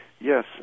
Yes